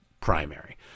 primary